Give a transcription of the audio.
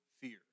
fear